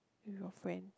with your friend